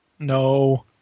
No